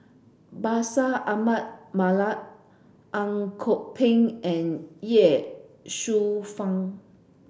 Bashir Ahmad Mallal Ang Kok Peng and Ye Shufang